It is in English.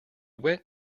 went